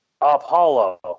Apollo